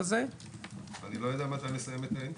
אני לא יודע מתי נסיים את האינטרנט,